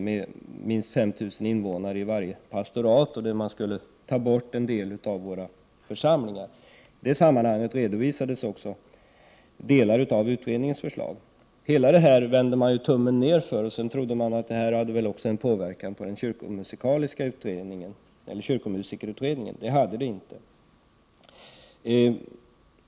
Det skulle vara minst 5 000 invånare i varje pastorat, och man skulle ta bort en del av våra församlingar. Dessa sammanhang redovisades också i delar av utredningsförslaget. Allt detta vände man ju tummen ner för, och man trodde att detta ställningstagande också skulle få en inverkan på kyrkomusikerutredningen. Det fick det inte.